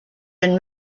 been